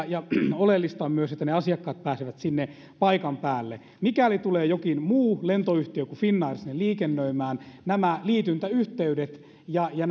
ja oleellista on myös että ne asiakkaat pääsevät sinne paikan päälle mikäli tulee jokin muu lentoyhtiö kuin finnair sinne liikennöimään nämä liityntäyhteydet ja ja